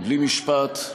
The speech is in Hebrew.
בלי משפט,